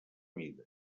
vida